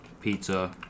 pizza